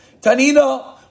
Tanina